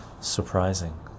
surprising